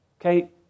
Okay